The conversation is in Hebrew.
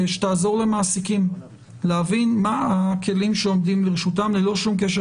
שתעזור למעסיקים להבין מה הכלים שעומדים לרשותם ללא שום קשר